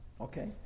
Okay